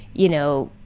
you know,